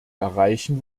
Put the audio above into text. erreichen